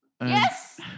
Yes